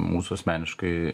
mūsų asmeniškai